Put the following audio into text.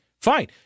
fine